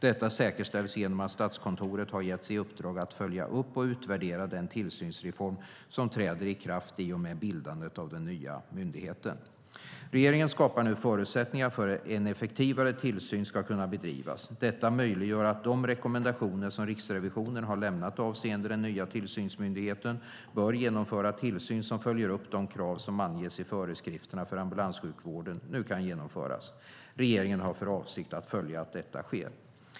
Detta säkerställs genom att Statskontoret har getts i uppdrag att följa upp och utvärdera den tillsynsreform som träder i kraft i och med bildandet av den nya myndigheten. Regeringen skapar nu förutsättningar för att en effektivare tillsyn ska kunna bedrivas. Detta möjliggör att de rekommendationer som Riksrevisionen har lämnat avseende att den nya tillsynsmyndigheten bör genomföra tillsyn som följer upp de krav som anges i föreskrifterna för ambulanssjukvården nu kan genomföras. Regeringen har för avsikt att följa att detta sker.